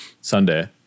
Sunday